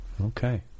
Okay